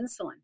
insulin